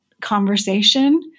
conversation